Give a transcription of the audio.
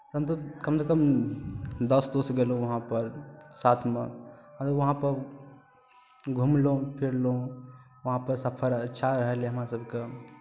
हमसभ कमसँ कम दस दोस्त गेलहुँ वहाँपर साथमे हमसभ वहाँपर घुमलहुँ फिरलहुँ वहाँपर सफर अच्छा रहलै हमरासभके